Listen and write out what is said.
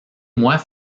moi